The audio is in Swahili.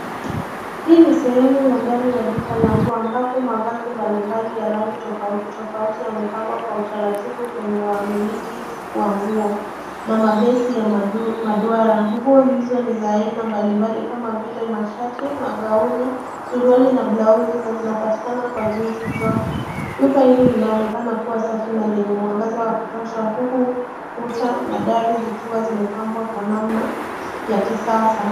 Hii ni sehemu ya ndani ya duka la nguo ampapo mavazi mbali mbali ya rangi tofauti tofauti yamepangwa kwa utaratibu kwenye wamiliki wa nguo na mabesi ya maduara. Nguo hizo ni za aina mbali mbali kama vile mashati, magauni, suruali na blauzi na zinapatikana kwa jinsi zote. Duka hili linaonekana kuwa safi na lenye mwangaza wa kutosha, huku kuta na dari zikiwa zimepangwa kwa namna ya kisasa